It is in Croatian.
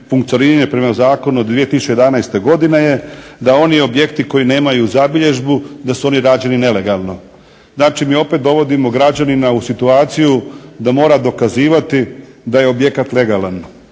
funkcioniranje prema zakonu od 2011. godine je da oni objekti koji nemaju zabilježbu da su oni rađeni nelegalno. Znači mi opet dovodimo građanina u situaciju da mora dokazivati da je objekat legalan